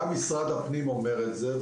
גם משרד הפנים אומר את זה.